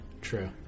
True